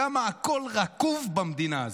כמה הכול רקוב במדינה הזו.